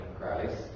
Christ